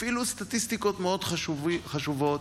אפילו סטטיסטיקות מאוד חשובות,